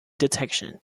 detection